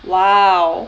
!wow!